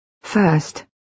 First